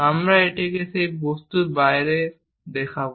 আমরা এটিকে সেই বস্তুর বাইরে দেখাব